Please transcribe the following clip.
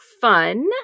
fun